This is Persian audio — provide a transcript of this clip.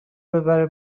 ببره